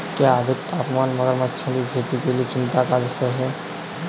क्या अधिक तापमान मगरमच्छों की खेती के लिए चिंता का विषय है?